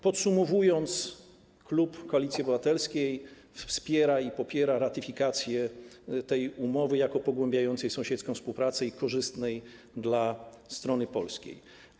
Podsumowując, klub Koalicji Obywatelskiej wspiera i popiera ratyfikację tej umowy jako pogłębiającej sąsiedzką współpracę i korzystnej dla strony polskiej.